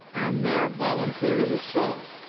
now voluntarily sought.